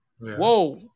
whoa